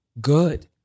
good